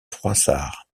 froissart